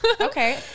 Okay